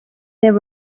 there